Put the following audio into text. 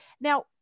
Now